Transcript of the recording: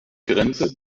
grenze